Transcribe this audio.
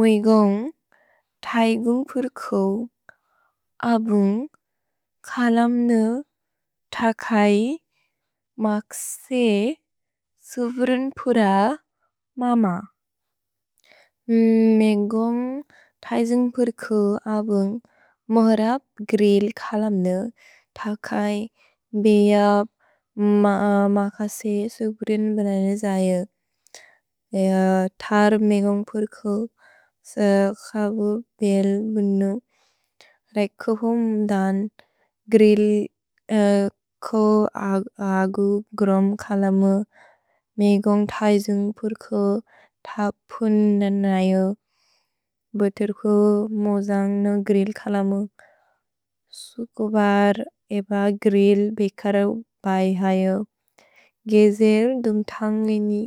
May गुन्ग् तैगुन्ग् पुर्कु अबुन्ग् खलम्नु तकै मक्से सुबुरिन् पुर मम। मे गुन्ग् तैजुन्ग् पुर्कु अबुन्ग् मुहरप् ग्रिल् खलम्नु तकै बेअप् मकसे सुबुरिन् बने जये। तर् मे गुन्ग् पुर्कु सघवु बेल् बुनु। रेकुहुम् दन् ग्रिल् को अगु ग्रोम् खलमु। मे गुन्ग् तैजुन्ग् पुर्कु तपुन् ननयु। भोतुर्कु मोजन्ग्नु ग्रिल् खलमु। सुकुबर् एब ग्रिल् बिकर बययु। गेजेर् दुन्ग् तन्गिनि